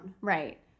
Right